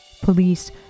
police